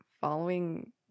following